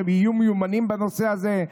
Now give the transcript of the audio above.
שיהיו מיומנים בנושא הזה,